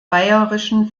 bayerischen